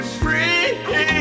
free